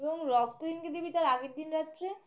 এবং রক্ত যেদিন দিবি তার আগের দিন রাত্রে